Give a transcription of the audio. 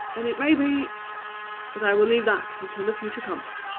and it may be but i will leave that until the future comes.